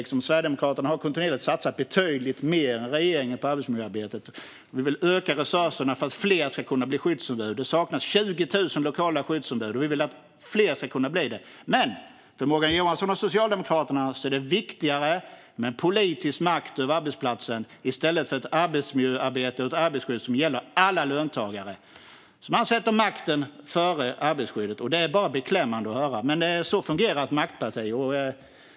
Sverigedemokraterna har kontinuerligt satsat betydligt mer än regeringen på arbetsmiljöarbetet. Vi vill öka resurserna för att fler ska kunna bli skyddsombud. Det saknas 20 000 lokala skyddsombud. Vi vill att fler ska kunna bli det. Men för Morgan Johansson och Socialdemokraterna är det viktigare med en politisk makt över arbetsplatsen i stället för ett arbetsmiljöarbete och arbetsskydd som gäller alla löntagare. Man sätter makten före arbetsskyddet. Det är beklämmande att höra. Men så fungerar ett maktparti.